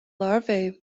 larvae